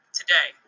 today